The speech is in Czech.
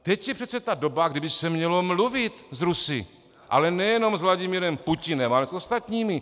Teď je přece ta doba, kdy by se mělo mluvit s Rusy, ale nejenom s Vladimírem Putinem, ale s ostatními.